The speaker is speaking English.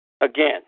Again